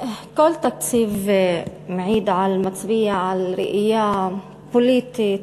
כל תקציב מעיד ומצביע על ראייה פוליטית,